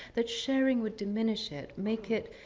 that sharing would diminish it, make it,